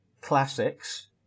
Classics